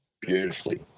beautifully